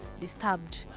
disturbed